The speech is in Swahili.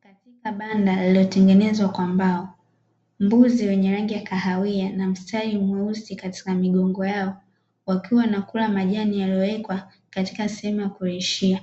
Katika banda lililotengenezwa kwa mbao, Mbuzi wenye rangi ya kahawia na mstari mweusi katika migongo yao, wakiwa wanakula majani yaliyowekwa katika sehemu ya kulishia,